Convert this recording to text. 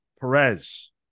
perez